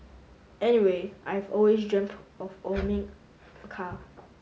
anyway I have always dreamt of a car